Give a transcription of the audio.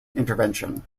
intervention